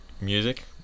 Music